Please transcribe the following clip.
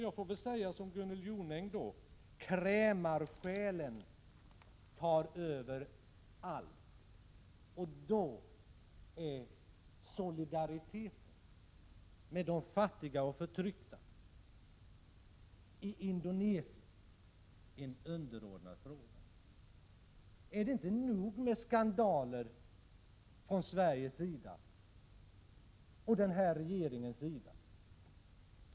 Jag får väl säga som Gunnel Jonäng att när krämarsjälen tar över allt, då är solidariteten med de fattiga och förtryckta i Indonesien en underordnad fråga. Är det inte nog med skandaler från Sveriges sida och från denna regerings sida?